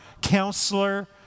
counselor